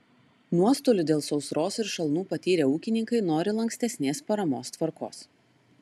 nuostolių dėl sausros ir šalnų patyrę ūkininkai nori lankstesnės paramos tvarkos